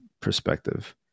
perspective